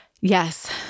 yes